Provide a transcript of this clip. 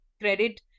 credit